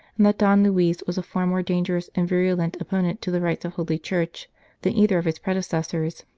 and that don luis was a far more dangerous and virulent opponent to the rights of holy church than either of his predecessors.